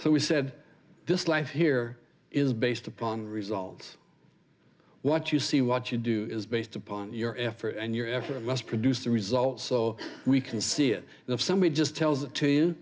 so we said this life here is based upon results what you see what you do is based upon your effort and your effort must produce the result so we can see it if somebody just tells it to you